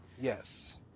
Yes